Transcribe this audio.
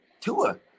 Tua